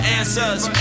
answers